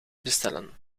bestellen